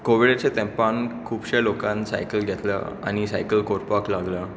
कोविडाच्या तेंपान खुबशा लोकान सायकल घेतल्या आनी सायकल करपाक लागल्या